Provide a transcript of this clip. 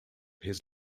his